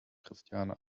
christiane